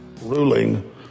ruling